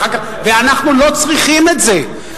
ואנחנו לא צריכים את זה.